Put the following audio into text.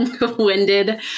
winded